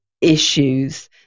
issues